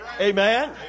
Amen